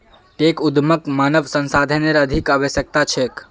tech उद्यमक मानव संसाधनेर अधिक आवश्यकता छेक